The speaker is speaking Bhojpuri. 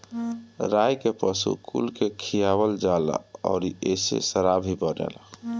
राई के पशु कुल के खियावल जाला अउरी एसे शराब भी बनेला